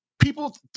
people